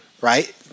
right